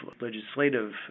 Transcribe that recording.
legislative